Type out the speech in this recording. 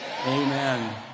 amen